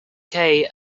kaye